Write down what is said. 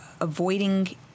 avoiding